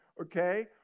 Okay